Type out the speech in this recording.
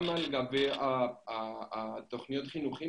גם לגבי התוכניות החינוכיות,